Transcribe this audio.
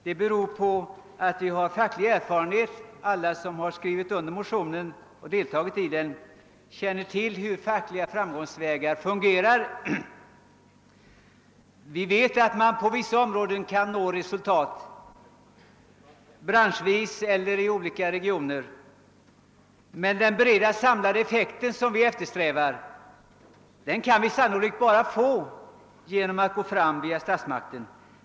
Det beror på att alla som skrivit under motionen har facklig erfarenhet. Vi känner till hur de fackliga framgångsvägarna fungerar. Vi vet att man på vissa områden kan nå resultat branschvis eller i olika regioner, men den breda samlade effekt som vi eftersträvar kan vi sannolikt bara få genom att gå fram via statsmakterna.